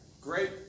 Great